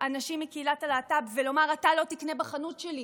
אנשים מקהילת הלהט"ב ולומר: אתה לא תקנה בחנות שלי,